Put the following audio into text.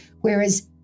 whereas